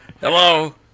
Hello